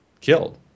killed